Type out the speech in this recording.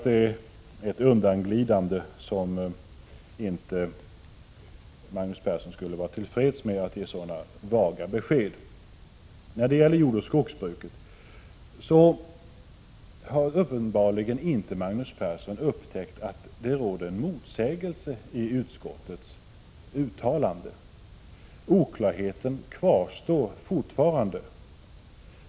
Det är ett undanglidande, och jag tycker inte Magnus Persson borde vara till freds med att ge så vaga besked. När det gäller jordoch skogsbruket har Magnus Persson uppenbarligen inte upptäckt att det finns en motsägelse i utskottets uttalande. Oklarheten kvarstår fortfarande.